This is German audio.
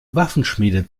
waffenschmiede